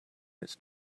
its